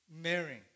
marrying